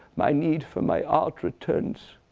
my need for my art returns.